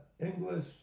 English